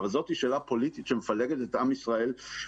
אבל זאת שאלה פוליטית שמפלגת את עם ישראל,